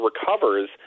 recovers